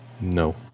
No